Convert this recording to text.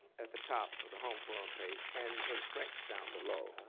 at the top of the home forum page and in french, down below.